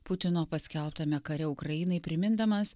putino paskelbtame kare ukrainai primindamas